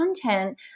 content